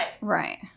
Right